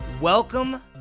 Welcome